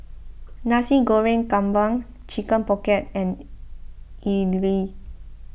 Nasi Goreng Kampung Chicken Pocket and Idly